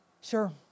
Sure